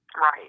right